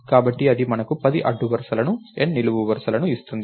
కాబట్టి అది మనకు 10 అడ్డు వరుసలను N నిలువు వరుసలను ఇస్తుంది